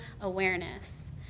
awareness